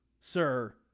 sir